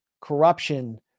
corruption